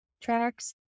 tracks